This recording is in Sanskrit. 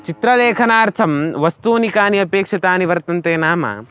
चित्रलेखनार्थं वस्तूनि कानि अपेक्षितानि वर्तन्ते नाम